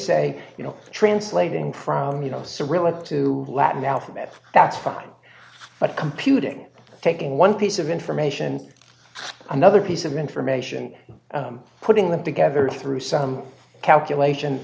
say you know translating from you know cyrillic to latin alphabet that's not computing taking one piece of information another piece of information putting them together through some calculation